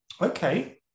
Okay